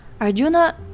Arjuna